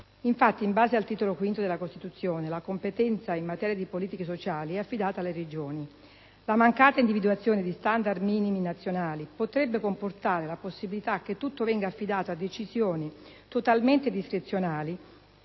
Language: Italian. Infatti, in base al Titolo V della Costituzione, la competenza in materia di politiche sociali è affidata alle Regioni: la mancata individuazione di standard minimi nazionali potrebbe comportare la possibilità che tutto venga affidato a decisioni totalmente discrezionali